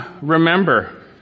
remember